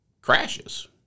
crashes